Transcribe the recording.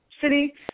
city